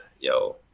yo